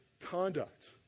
conduct